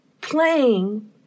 playing